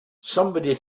somebody